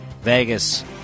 Vegas